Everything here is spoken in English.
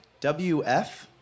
WF